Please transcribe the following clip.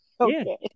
Okay